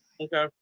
Okay